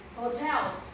hotels